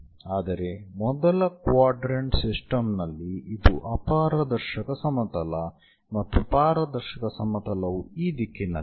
ಆದರೆ ಮೊದಲ quadrant system ನಲ್ಲಿ ಇದು ಅಪಾರದರ್ಶಕ ಸಮತಲ ಮತ್ತು ಪಾರದರ್ಶಕ ಸಮತಲವು ಈ ದಿಕ್ಕಿನಲ್ಲಿದೆ